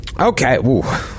Okay